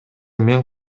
мен